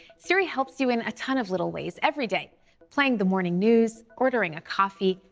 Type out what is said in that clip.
siri helps you in a ton of little ways every day playing the morning news, ordering a coffee,